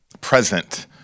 present